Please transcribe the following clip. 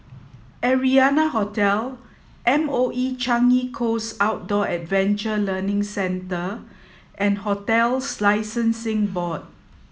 Arianna Hotel M O E Changi Coast Outdoor Adventure Learning Centre and Hotels Licensing Board